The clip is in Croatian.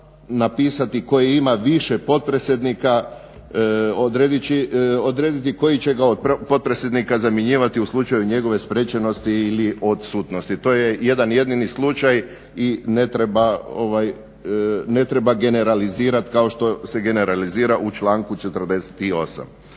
napisati koje ima više potpredsjednika odrediti koji će ga od potpredsjednika zamjenjivati u slučaju njegove spriječenosti ili odsutnosti. To je jedan jedini slučaj i ne treba generalizirati kao što se generalizira u članku 48.